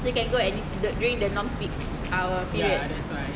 so you can go any during the non peak hour period